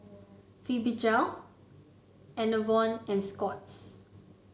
Fibogel Enervon and Scott's